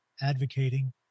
advocating